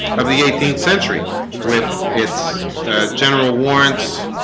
of the eighteenth century with its general warrants